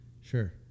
sure